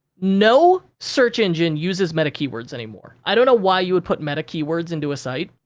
no search engine uses meta keywords anymore. i don't know why you would put meta keywords into a site.